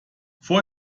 vor